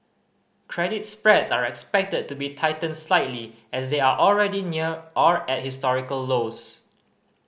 credit spreads are expected to be tightened slightly as they are already near or at historical lows